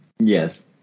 Yes